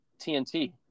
TNT